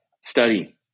Study